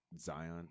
Zion